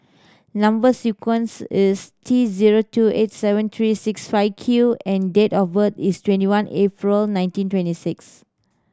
number sequence is T zero two eight seven three six five Q and date of birth is twenty one April nineteen twenty six